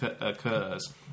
occurs